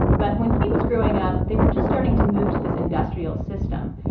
but when he was growing up, they were just starting to move to this industrial system.